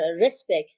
respect